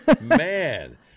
Man